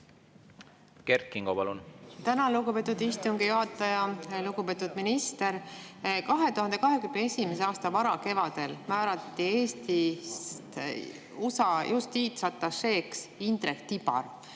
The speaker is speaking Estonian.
Kert Kingo, palun! Tänan, lugupeetud istungi juhataja! Lugupeetud minister! 2021. aasta varakevadel määrati Eestist USA-sse justiitsatašeeks Indrek Tibar.